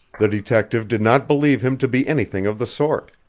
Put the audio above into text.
the detective did not believe him to be anything of the sort.